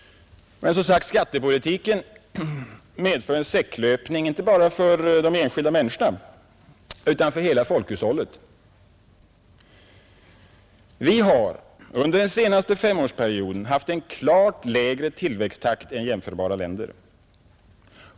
Skattepolitiken medför som sagt en säcklöpning, inte bara för de enskilda människorna utan även för folkhushållet. Vi har under den senaste femårsperioden haft en klart lägre tillväxttakt än jämförbara länder.